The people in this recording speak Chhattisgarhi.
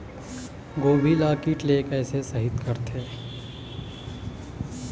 गोभी ल कीट ले कैसे सइत करथे?